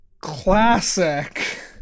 Classic